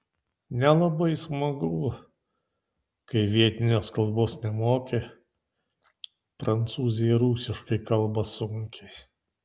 nelabai smagu kai vietinės kalbos nemoki prancūzai rusiškai kalba sunkiai